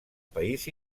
país